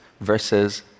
versus